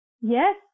Yes